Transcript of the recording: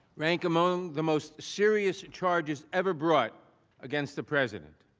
rank among the most serious charges ever brought against the president.